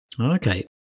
Okay